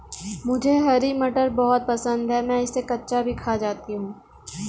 मुझे हरी मटर बहुत पसंद है मैं इसे कच्चा भी खा जाती हूं